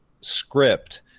script